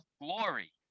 glory